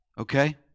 Okay